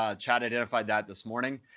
ah chad identified that this morning.